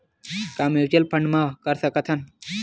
का mutual fund म कर सकत हन?